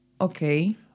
Okay